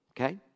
Okay